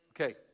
okay